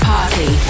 Party